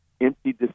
empty